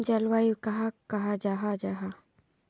जलवायु कहाक कहाँ जाहा जाहा?